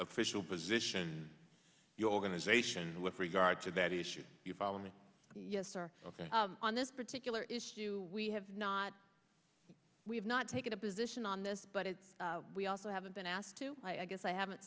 official position your organization with regard to that issue you follow me yes or ok on this particular issue we have not we have not taken a position on this but as we also haven't been asked to i guess i haven't